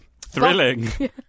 thrilling